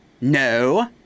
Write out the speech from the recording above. no